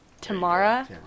Tamara